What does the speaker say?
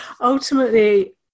ultimately